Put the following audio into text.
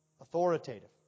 authoritative